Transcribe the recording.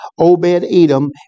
Obed-Edom